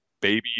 baby